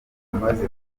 amaze